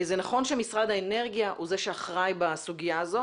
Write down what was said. זה נכון שמשרד האנרגיה הוא זה שאחראי בסוגיה הזאת